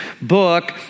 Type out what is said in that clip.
book